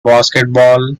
basketball